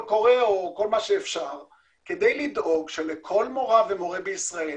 קורא כדי לדאוג שלכל מורה ומורה בישראל